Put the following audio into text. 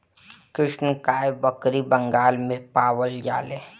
कृष्णकाय बकरी बंगाल में पावल जाले